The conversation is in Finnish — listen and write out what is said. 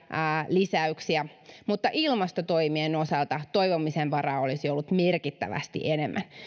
lisäyksiä mutta ilmastotoimien osalta toivomisen varaa olisi ollut merkittävästi enemmän